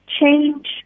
Change